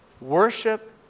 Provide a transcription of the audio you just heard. Worship